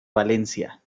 valencia